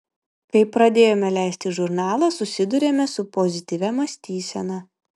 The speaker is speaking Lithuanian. kai pradėjome leisti žurnalą susidūrėme su pozityvia mąstysena